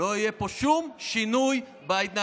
לא יהיה פה שום שינוי בהתנהלות,